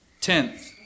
Tenth